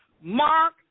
mark